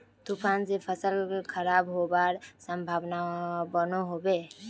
तूफान से फसल खराब होबार संभावना बनो होबे?